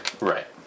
Right